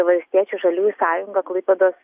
valstiečių ir žaliųjų sąjunga klaipėdos